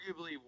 arguably